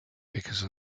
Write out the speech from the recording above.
because